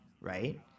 right